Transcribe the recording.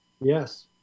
Yes